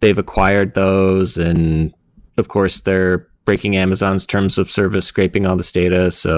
they've acquired those. and of course, they're breaking amazon's terms of service, scraping on the status. so